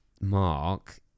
Mark